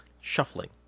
Shuffling